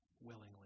willingly